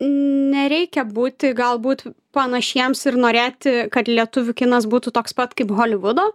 nereikia būti galbūt panašiems ir norėti kad lietuvių kinas būtų toks pat kaip holivudo